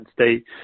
State